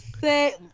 say